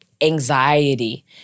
anxiety